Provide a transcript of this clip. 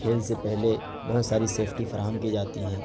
کھیل سے پہلے بہت ساری سیفٹی فراہم کی جاتی ہیں